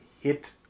hit